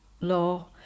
law